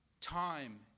Time